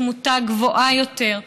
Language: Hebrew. התמותה גבוהה יותר.